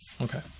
Okay